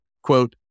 quote